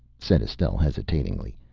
said estelle hesitatingly.